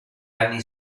anni